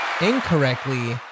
incorrectly